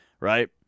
right